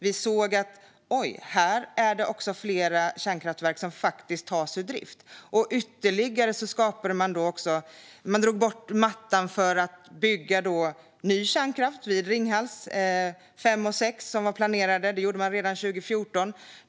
Vi såg: Oj, här är det flera kärnkraftverk som tas ur drift. Man drog bort mattan för att bygga ny kärnkraft vid Ringhals 5 och 6 som var planerade. Det gjorde man redan 2014.